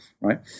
right